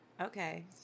Okay